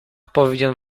powinien